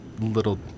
little